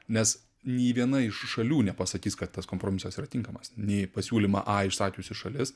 nes nei viena iš šalių nepasakys kad tas kompromisas yra tinkamas nei pasiūlymą a išsakiusi šalis